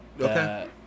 Okay